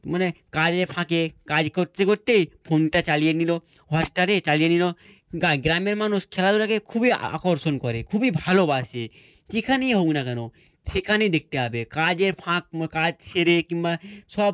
মানে কাজের ফাঁকে কাজ করতে করতেই ফোনটা চালিয়ে নিল হটস্টারে চালিয়ে নিল গ্রামের মানুষ খেলাধুলাকে খুবই আকর্ষণ করে খুবই ভালোবাসে যেখানেই হোক না কেন সেখানেই দেখতে যাবে কাজে ফাঁক কাজ সেরে কিংবা সব